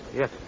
Yes